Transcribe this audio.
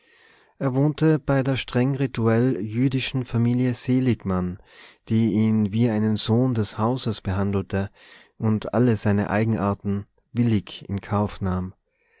er wohnte bei der streng rituell jüdischen familie seligmann die ihn wie einen sohn des hauses behandelte und alle seine eigenarten willig in kauf nahm